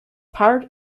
part